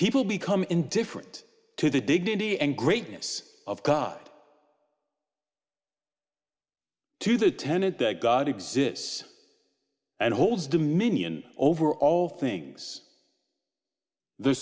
people become indifferent to the dignity and greatness of god to the tenet that god exists and holds dominion over all things the